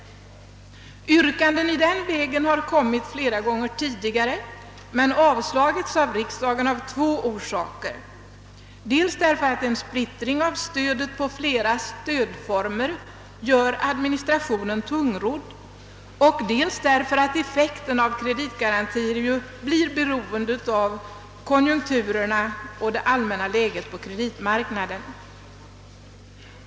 Yrkanden i den vägen har kommit flera gånger tidigare men av två orsaker avslagits av riksdagen. Detta har skett, dels därför att en splittring av stödet på flera stödformer gör administrationen tungrodd, dels därför att effekten av kreditgarantier blir beroende av konjunkturerna och det allmänna läget på kreditmarknaden.